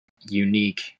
unique